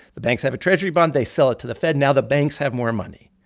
the banks have a treasury bond they sell it to the fed. now the banks have more money.